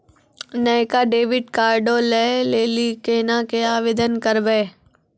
नयका डेबिट कार्डो लै लेली केना के आवेदन करबै?